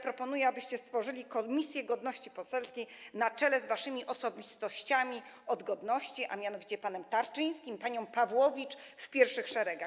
Proponuję, abyście stworzyli komisję godności poselskiej na czele z waszymi osobistościami od godności, a mianowicie panem Tarczyńskim i panią Pawłowicz w pierwszych szeregach.